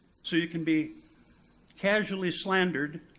so you can be casually slandered